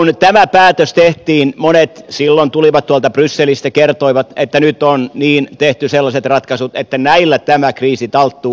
kun tämä päätös tehtiin monet silloin tulivat tuolta brysselistä ja kertoivat että nyt on tehty sellaiset ratkaisut että näillä tämä kriisi talttuu